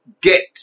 get